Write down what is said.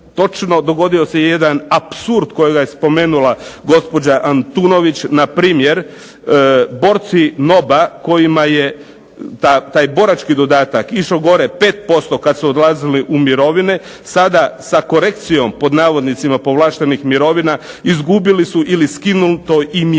Točno, dogodio se i jedan apsurd kojega je spomenula gospođa Antunović. Na primjer borci NOB-a kojima je taj borački dodatak išao gore 5% kad su odlazili u mirovine. Sada sa korekcijom pod navodnicima povlaštenih mirovina izgubili su ili skinuto im je 10%.